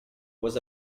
was